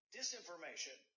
disinformation